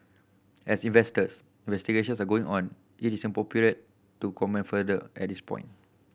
as investors investigations are ongoing it is inappropriate to comment further at this point